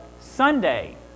Sunday